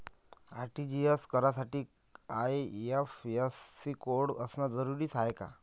RTGS करासाठी IFSC code असनं जरुरीच हाय का?